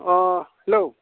अ हेल'